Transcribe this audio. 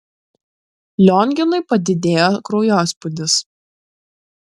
lionginui padidėjo kraujospūdis